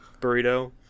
burrito